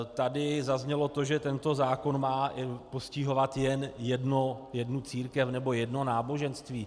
Tady zaznělo to, že tento zákon má postihovat jen jednu církev nebo jedno náboženství.